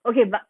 okay but